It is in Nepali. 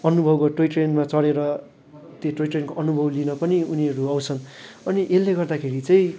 अनुभवको टोय ट्रेनमा चढेर त्यो टोय ट्रेनको अनुभव लिन पनि उनीहरू आउँछन् अनि यसले गर्दाखेरि चाहिँ